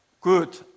good